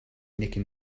nicking